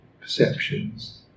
perceptions